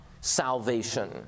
salvation